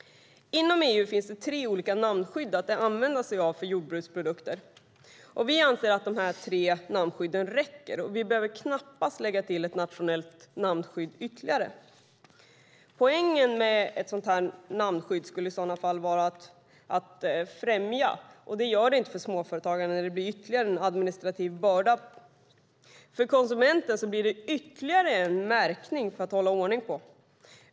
Inom EU finns det tre olika namnskydd för jordbruksprodukter att använda sig av. Vi anser att dessa tre namnskydd räcker. Vi behöver knappast lägga till ytterligare ett nationellt namnskydd. Poängen med ett sådant namnskydd skulle i så fall vara att främja verksamheter. Men så blir det inte för småföretagaren då det blir ytterligare en administrativ börda, och för konsumenten blir det ytterligare en märkning att hålla ordning på.